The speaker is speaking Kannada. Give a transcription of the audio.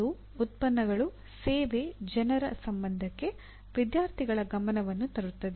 ಅದು ಉತ್ಪನ್ನಗಳು ಸೇವೆ ಜನರ ಸಂಬಂಧಕ್ಕೆ ವಿದ್ಯಾರ್ಥಿಗಳ ಗಮನವನ್ನು ತರುತ್ತದೆ